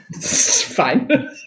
Fine